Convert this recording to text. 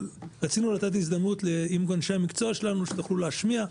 אבל רצינו לתת ההזדמנות לאנשי המקצוע שלנו שיוכלו להשמיע,